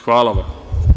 Hvala vam.